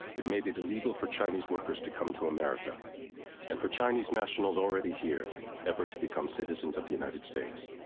it made it illegal for chinese workers to come to america and for chinese nationals already here ever to become citizens of the united states.